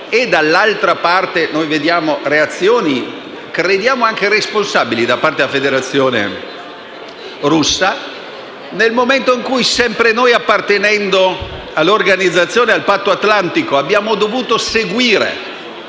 e, dall'altra parte, vediamo reazioni che potremmo definire anche responsabili da parte della Federazione russa. È un momento in cui sempre noi, appartenendo all'Organizzazione del Patto Atlantico, abbiamo dovuto seguire